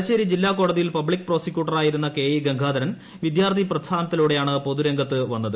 തലശേരി ജില്ലകോടതിയിൽ പബ്ലിക്ട് പ്രോസിക്യൂട്ടറായിരുന്ന K E Gangadharan വിദ്യാർഥി പ്രസ്ഥാന്ത്തിലൂടെയാണ് പൊതുരംഗത്ത് വന്നത്